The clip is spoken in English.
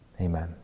Amen